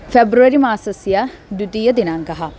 फ़ेब्रवरिमासस्य द्वितीयदिनाङ्कः